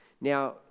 Now